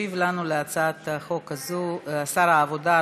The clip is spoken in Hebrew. ישיב לנו על הצעת החוק הזאת שר העבודה,